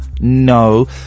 no